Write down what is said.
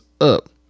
up